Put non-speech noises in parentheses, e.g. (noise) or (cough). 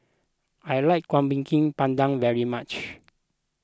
I like Kuih (unintelligible) Pandan very much